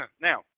Now